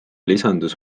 lisandus